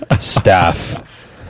staff